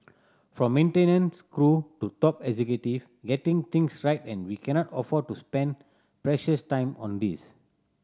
from maintenance crew to top executive getting things right and we cannot afford to spend precious time on this